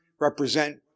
represent